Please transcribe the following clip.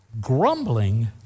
Grumbling